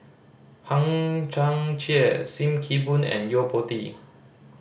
Hang Chang Chieh Sim Kee Boon and Yo Po Tee